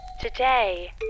Today